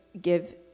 give